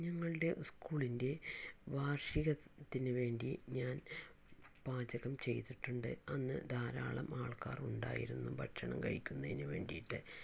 ഞങ്ങളുടെ സ്കൂളിൻ്റെ വാർഷികത്തിന് വേണ്ടി ഞാൻ പാചകം ചെയ്തിട്ടുണ്ട് അന്ന് ധാരാളം ആൾക്കാർ ഉണ്ടായിരുന്നു ഭക്ഷണം കഴിക്കുന്നതിനു വേണ്ടിയിട്ട്